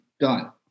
done